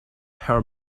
her